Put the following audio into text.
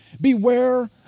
Beware